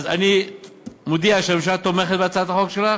אני מודיע שהממשלה תומכת בהצעת החוק שלך.